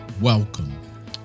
welcome